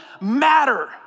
matter